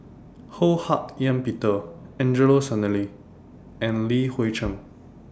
Ho Hak Ean Peter Angelo Sanelli and Li Hui Cheng